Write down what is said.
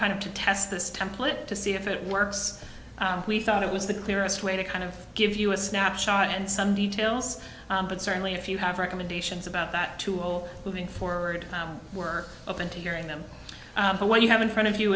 kind of to test this template to see if it works we thought it was the clearest way to kind of give you a snapshot and some details but certainly if you have recommendations about that tool moving forward we're open to hearing them but what you have in front of you